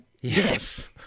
Yes